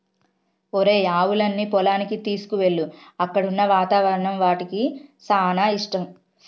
ఒరేయ్ ఆవులన్నీ పొలానికి తీసుకువెళ్ళు అక్కడున్న వాతావరణం వాటికి సానా ఇష్టం